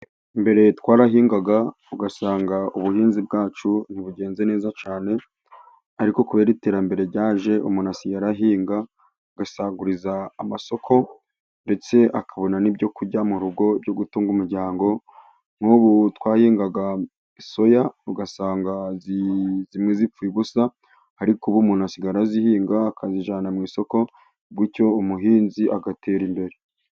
Mbere twarahingaga ugasanga ubuhinzi bwacu ntibugenze neza cyane, ariko kubera iterambere ryaje umuntu ,asiye ahinga agasagurira masoko, ndetse akabona n'ibyo kujya mu rugo ,byo gutunga umuryango, nk'ubu twahingaga Soya ugasanga zimwe zipfuye ubusa ariko ubu umuntu asigaye azihinga akazijyana mu isoko ,gutyo umuhinzi agatera imbere.